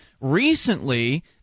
recently